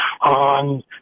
on